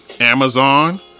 Amazon